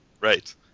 Right